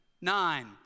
Nine